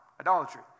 idolatry